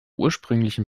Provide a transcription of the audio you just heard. ursprünglichen